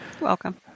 Welcome